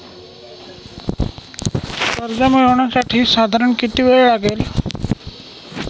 कर्ज मिळविण्यासाठी साधारण किती वेळ लागेल?